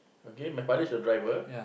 okay my father's a driver